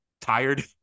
tired